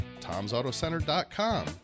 Tom'sAutoCenter.com